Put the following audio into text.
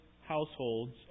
households